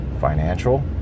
financial